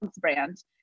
brand